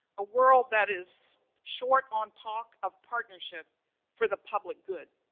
a world that is short on talk of partnership for the public good.